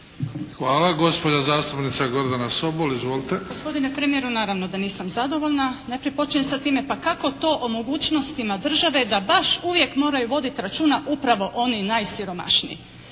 Hvala. Gospođa zastupnica Gordana Sobol. Izvolite. **Sobol, Gordana (SDP)** Gospodine premijeru, naravno da nisam zadovoljna. Najprije počinjem sa time pa kako to o mogućnostima države da baš uvijek moraju voditi računa upravo oni najsiromašniji.